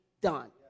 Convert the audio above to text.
done